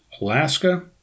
Alaska